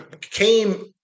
came